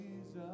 Jesus